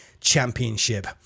Championship